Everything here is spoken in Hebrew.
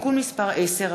(תיקון מס' 10),